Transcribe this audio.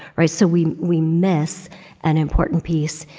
right? so we we miss an important piece.